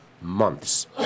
months